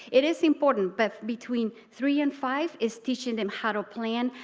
it is important but between three and five is teaching them how to plan,